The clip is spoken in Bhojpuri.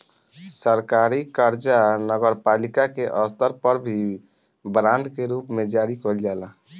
सरकारी कर्जा नगरपालिका के स्तर पर भी बांड के रूप में जारी कईल जाला